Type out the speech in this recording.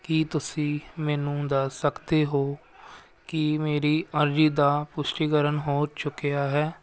ਕੀ ਤੁਸੀਂ ਮੈਨੂੰ ਦੱਸ ਸਕਦੇ ਹੋ ਕਿ ਮੇਰੀ ਅਰਜ਼ੀ ਦਾ ਪੁਸ਼ਟੀਕਰਨ ਹੋ ਚੁੱਕਿਆ ਹੈ